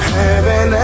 heaven